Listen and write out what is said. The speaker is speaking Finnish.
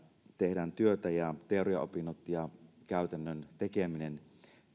tehdään työtä ja teoriaopinnot ja käytännön tekeminen